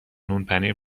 نونپنیر